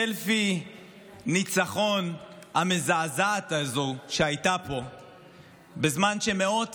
הסלפי ניצחון המזעזעת הזו שהייתה פה בזמן שמאות